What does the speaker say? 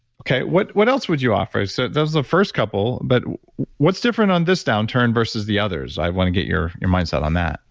okay. what what else would you offer? so, those are the first couple, but what's different on this downturn versus the others? i want to get your your mindset on that.